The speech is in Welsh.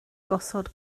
gosod